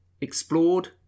explored